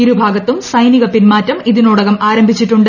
ഇരുഭാഗത്തും സൈനിക പിൻമാറ്റം ഇതിനോടകം ആരംഭിച്ചിട്ടുണ്ട്